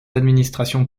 administrations